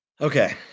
Okay